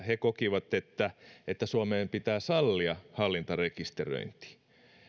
he kokivat että että suomeen pitää sallia hallintarekisteröinti